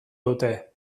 dute